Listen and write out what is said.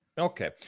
Okay